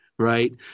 Right